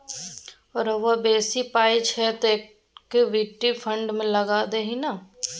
रौ बेसी पाय छौ तँ इक्विटी फंड मे लगा दही ने